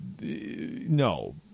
No